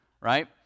right